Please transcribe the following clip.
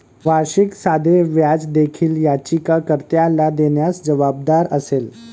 वार्षिक साधे व्याज देखील याचिका कर्त्याला देण्यास जबाबदार असेल